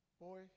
Boy